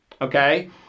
okay